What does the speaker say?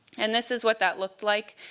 and this is what that looked like.